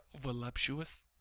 voluptuous